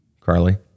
Carly